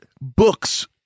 books